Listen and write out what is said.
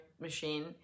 machine